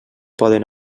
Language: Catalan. poden